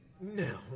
No